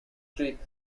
greek